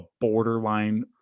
borderline